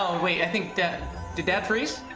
wait, i think dad did dad freeze?